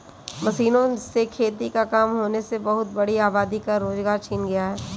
मशीनों से खेती का काम होने से बहुत बड़ी आबादी का रोजगार छिन गया है